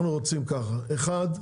אנחנו רוצים, אחת,